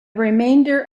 remainder